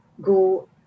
go